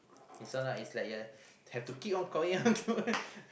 this one is like a have to keep on calling one no meh